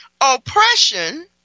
Oppression